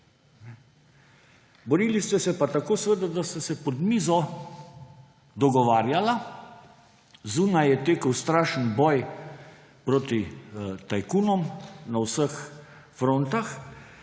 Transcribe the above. Borili ste se pa tako, seveda, da sta se pod mizo dogovarjala. Zunaj je tekel strašen boj proti tajkunom na vseh frontah,